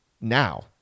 now